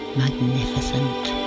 magnificent